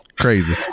crazy